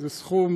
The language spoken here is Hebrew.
זה סכום